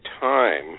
time